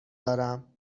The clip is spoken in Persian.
دارم